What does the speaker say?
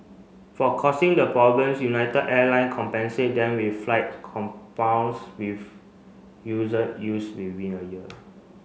for causing the problems United Airlines compensate them with flight compounds with used within a year